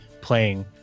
playing